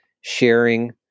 sharing